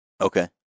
Okay